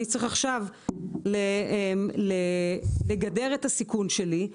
אני צריך עכשיו לגדר את הסיכון שלי,